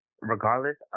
regardless